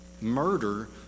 murder